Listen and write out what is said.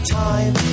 time